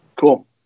Cool